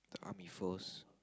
the Army-Force